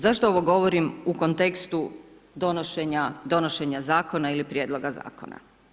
Zašto ovo govorim u kontekstu donošenja zakona ili prijedloga zakona?